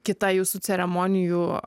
kita jūsų ceremonijų